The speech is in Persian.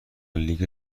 لیگ